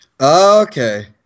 Okay